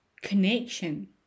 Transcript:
connection